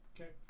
okay